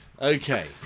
Okay